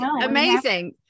amazing